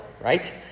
right